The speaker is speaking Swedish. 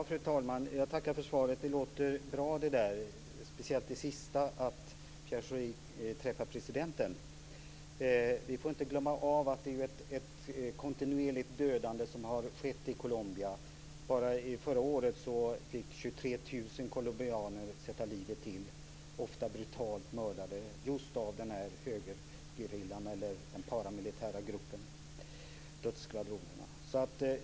Fru talman! Jag tackar för svaret. Speciellt det Pierre Schori sade sist lät bra, nämligen att han skall träffa presidenten. Vi får inte glömma bort att det har skett ett kontinuerligt dödande i Colombia. Bara förra året fick 23 000 colombianer sätta livet till. Många blir brutalt mördade just av den här högergerillan eller den paramilitära gruppen, dödsskvadronerna.